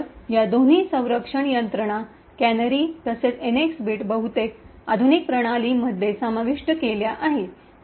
तर या दोन्ही संरक्षण यंत्रणा कॅनरी तसेच एनएक्स बिट बहुतेक आधुनिक प्रणालींमध्ये समाविष्ट केल्या आहेत